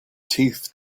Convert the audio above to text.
teeth